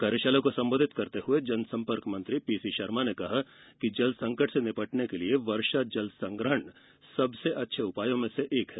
कार्यशाला को संबोधित करते हुए जनसंपर्क मंत्री पीसी शर्मा ने कहा कि जल संकट से निपटने के लिय वर्षा जल का संग्रहण सबसे अच्छे उपायों में से एक है